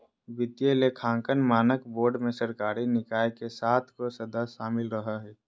वित्तीय लेखांकन मानक बोर्ड मे सरकारी निकाय के सात गो सदस्य शामिल रहो हय